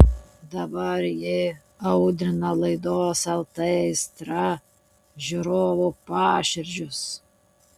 dabar ji audrina laidos lt aistra žiūrovų paširdžius